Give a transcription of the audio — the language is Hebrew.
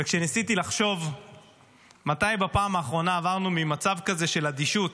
וכשניסיתי לחשוב מתי בפעם האחרונה עברנו ממצב כזה של אדישות